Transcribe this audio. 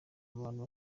abantu